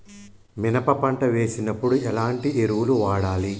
మినప పంట వేసినప్పుడు ఎలాంటి ఎరువులు వాడాలి?